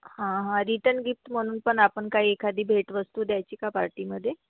हां हां return gift म्हणून पण आपण काही एखादी भेटवस्तू द्यायची का पार्टीमध्ये